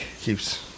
keeps